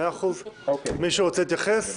מאה אחוז, מישהו רוצה להתייחס?